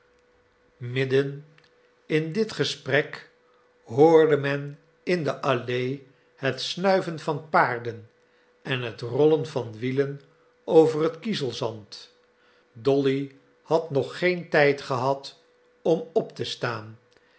in dit gesprek hoorde men in de allee het snuiven van paarden en het rollen van wielen over het kiezelzand dolly had nog geen tijd gehad om op te staan